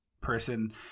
person